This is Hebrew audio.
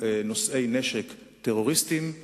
אני מכיר את ועדת המשנה,